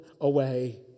away